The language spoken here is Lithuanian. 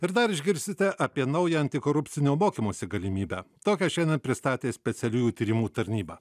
ir dar išgirsite apie naują antikorupcinio mokymosi galimybę tokią šiandien pristatė specialiųjų tyrimų tarnyba